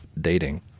dating